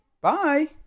Bye